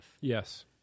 Yes